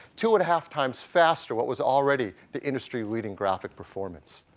two and a half times faster what was already the industry reading graphic performance.